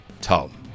Tom